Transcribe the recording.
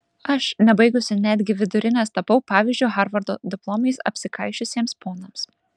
aš nebaigusi netgi vidurinės tapau pavyzdžiu harvardo diplomais apsikaišiusiems ponams